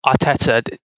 Arteta